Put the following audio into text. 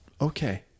Okay